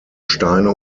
steine